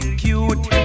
cute